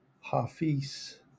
Hafiz